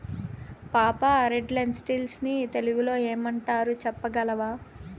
పాపా, red lentils ని తెలుగులో ఏమంటారు చెప్పగలవా